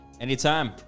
anytime